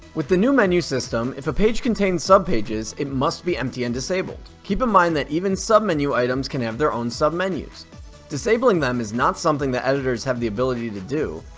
with the new menu system, if a page contains subpages it must be empty and disabled. keep in mind that even sub-menu items can have their own sub-menus. disabling them is not something that editors have the ability to do,